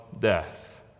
death